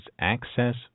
Access